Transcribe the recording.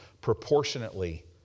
proportionately